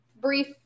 brief